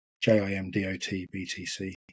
j-i-m-d-o-t-b-t-c